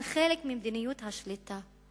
הם חלק ממדיניות השליטה,